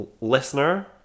listener